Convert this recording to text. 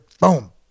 Boom